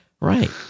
Right